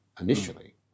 initially